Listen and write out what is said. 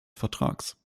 vertrags